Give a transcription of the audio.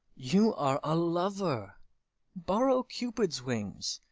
you are a lover borrow cupid's wings,